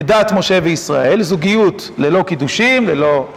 לדת משה וישראל, זוגיות ללא קידושים, ללא...